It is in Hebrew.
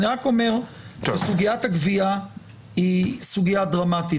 סוגיית הגבייה היא סוגיה דרמטית,